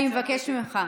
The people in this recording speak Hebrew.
אני מבקשת ממך.